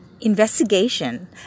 investigation